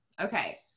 okay